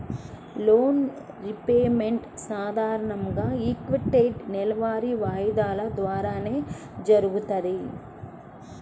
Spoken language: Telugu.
లోన్ రీపేమెంట్ సాధారణంగా ఈక్వేటెడ్ నెలవారీ వాయిదాల ద్వారానే జరుగుతది